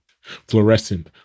fluorescent